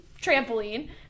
trampoline